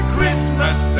Christmas